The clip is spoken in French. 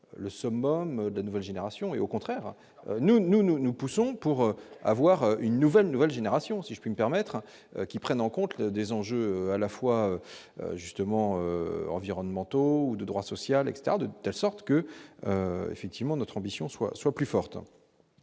le summum de nouvelle génération, et au contraire nous nous nous nous poussons pour avoir une nouvelle nouvelle génération si je puis me permettre, qui prennent en compte des enjeux à la fois justement environnementaux de droit social, etc, de telle sorte que effectivement notre ambition soit soit plus forte